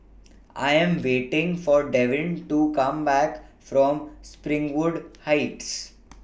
I Am waiting For Devin to Come Back from Springwood Heights